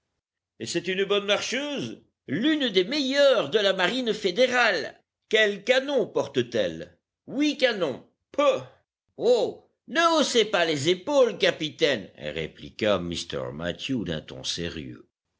et c'est une bonne marcheuse l'une des meilleures de la marine fédérale quels canons porte-t-elle huit canons peuh oh ne haussez pas les épaules capitaine répliqua mr mathew d'un ton sérieux